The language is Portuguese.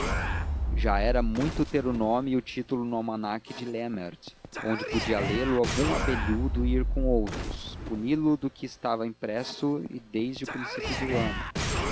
já era muito ter o nome e o título no almanaque de laemmert onde podia lê lo algum abelhudo e ir com outros puni-lo do que estava impresso desde o princípio do ano